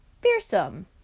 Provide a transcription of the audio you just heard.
fearsome